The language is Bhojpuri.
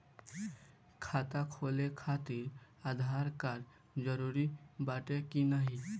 खाता खोले काहतिर आधार कार्ड जरूरी बाटे कि नाहीं?